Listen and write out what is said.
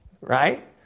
right